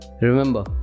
Remember